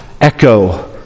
echo